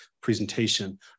presentation